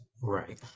Right